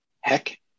heck